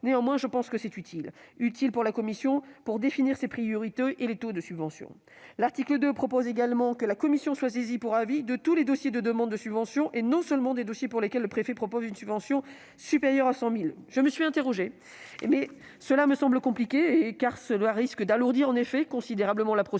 Néanmoins, je pense que c'est utile, afin que la commission puisse définir ses priorités et les taux de subvention. L'article 2 prévoit également que la commission soit saisie pour avis de tous les dossiers de demande de subvention, et non pas seulement de ceux pour lesquels le préfet propose une subvention supérieure à 100 000 euros. Je me suis interrogée sur ce point : cette mesure me semble compliquée et risque d'alourdir considérablement la procédure